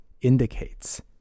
indicates